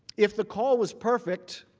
if the call was perfect,